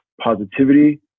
positivity